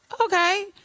okay